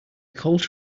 colt